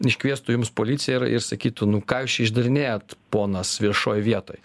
iškviestų jums policiją ir ir sakytų nu ką jūs čia išdarinėjat ponas viešoj vietoj